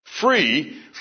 free